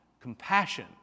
compassion